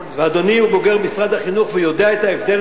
ואדוני הוא בוגר משרד החינוך ויודע את ההבדל